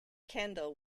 kendall